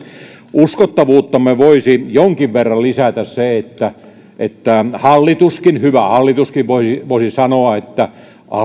uskottavuuttamme voisi jonkin verran lisätä se että että hallituskin hyvä hallitus voisi sanoa että